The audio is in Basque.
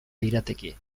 lirateke